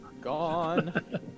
Gone